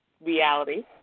reality